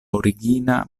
origina